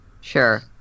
Sure